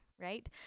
right